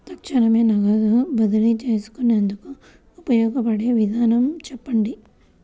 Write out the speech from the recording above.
తక్షణమే నగదు బదిలీ చేసుకునేందుకు ఉపయోగపడే విధానము చెప్పండి?